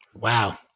Wow